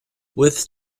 with